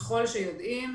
ככל שיודעים,